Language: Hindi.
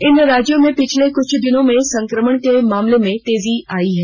इन राज्यों में पिछले कुछ दिनों में संक्रमण के मामले तेजी से बढ़े हैं